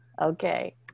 Okay